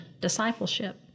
discipleship